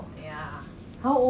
but he got one more year what